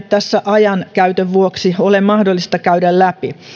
tässä ajankäytön vuoksi ole mahdollista käydä läpi